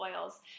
oils